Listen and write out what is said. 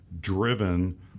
driven